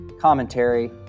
commentary